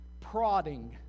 prodding